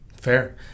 Fair